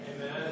Amen